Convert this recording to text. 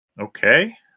Okay